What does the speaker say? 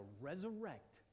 resurrect